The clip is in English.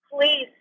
please